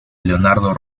leonardo